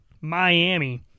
Miami